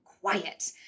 quiet